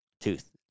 tooth